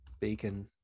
bacon